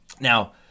Now